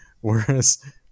whereas